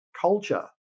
culture